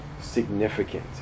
significant